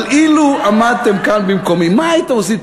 אבל אילו עמדתם כאן במקומי, מה הייתם עושים?